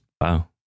Wow